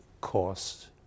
cost